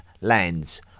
lands